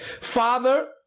Father